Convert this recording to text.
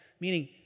meaning